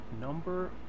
Number